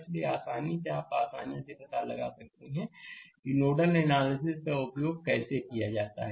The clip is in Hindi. इसलिए आसानी से आप आसानी से पता लगा सकते हैं कि नोडल एनालिसिस का उपयोग कैसे किया जाता है